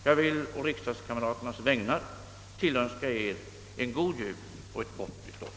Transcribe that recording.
Jag vill å riksdagskamraternas vägnar tillönska Eder en god jul och ett gott nytt år.